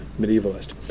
medievalist